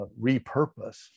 repurpose